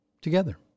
Together